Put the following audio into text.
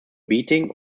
beating